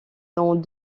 dans